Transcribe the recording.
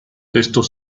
estos